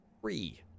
three